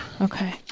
Okay